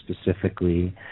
specifically